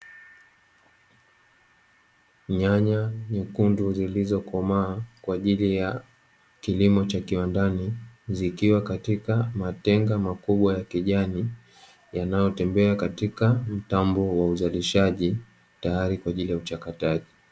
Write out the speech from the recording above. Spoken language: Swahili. Nyanya nyekundu zilizokomaa kwa ajili ya kilimo cha kiwandani, zikiwa katika matenga makubwa ya kijani yanayotembea katika mtambo wa uzalishaji, tayari kwa ajili ya uchakataji.